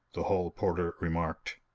the hall porter remarked.